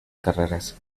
carreras